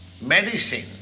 medicine